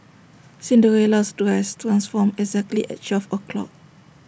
Cinderella's dress transformed exactly at twelve o'clock